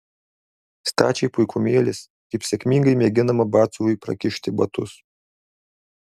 stačiai puikumėlis kaip sėkmingai mėginama batsiuviui prakišti batus